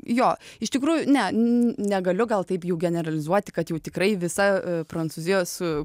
jo iš tikrųjų ne negaliu gal taip jau generalizuoti kad jau tikrai visa prancūzija su